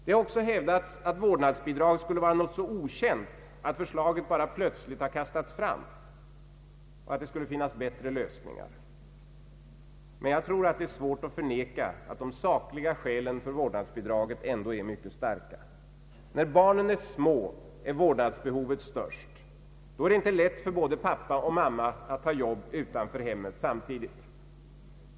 Det har också hävdats att vårdnadsbidraget skulle vara någonting så okänt, att förslaget plötsligt bara kastats fram, och att det skulle finnas bättre lösningar. Men det är svårt att förneka att de sakliga skälen för vårdnadsbidraget ändå är mycket starka. När barnen är små är vårdnadsbehovet störst. Då är det inte lätt för både pappa och mamma att ta jobb utanför hemmet samtidigt.